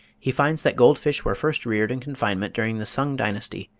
he finds that gold-fish were first reared in confinement during the sung dynasty,